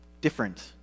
different